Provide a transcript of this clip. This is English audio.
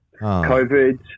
COVID